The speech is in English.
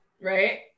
right